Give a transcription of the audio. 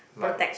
like